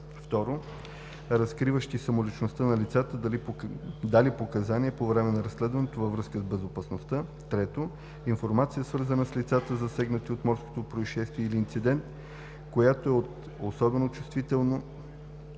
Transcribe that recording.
2. разкриващи самоличността на лицата, дали показания по време на разследването във връзка с безопасността; 3. информация, свързана с лицата, засегнати от морското произшествие или инцидент, която е от особено чувствително